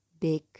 big